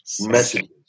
messages